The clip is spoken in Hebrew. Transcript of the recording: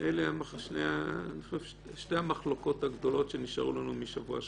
אלה שתי המחלוקות הגדולות שנשארו לנו משבוע שעבר.